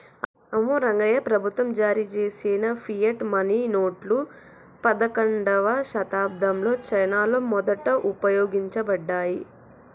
అమ్మో రంగాయ్యా, ప్రభుత్వం జారీ చేసిన ఫియట్ మనీ నోట్లు పదకండవ శతాబ్దంలో చైనాలో మొదట ఉపయోగించబడ్డాయి